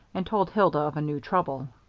and told hilda of a new trouble.